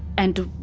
and.